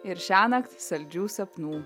ir šiąnakt saldžių sapnų